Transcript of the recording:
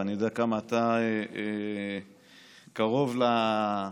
ואני יודע כמה אתה קרוב למקורות,